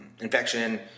infection